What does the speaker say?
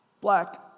black